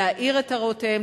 להעיר את הערותיהם,